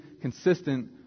consistent